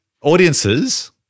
Audiences